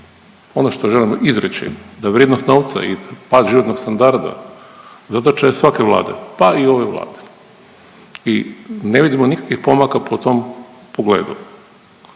Ono što želim izreći da vrijednost novca i pad životnog standarda …/Govornik se ne razumije./… svake Vlade pa i ove Vlade i ne vidimo nikakvih pomaka po tom pogledu.